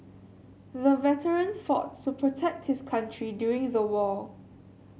the veteran fought to protect his country during the war